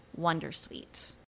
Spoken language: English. wondersuite